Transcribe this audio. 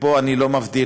ופה אני לא מבדיל,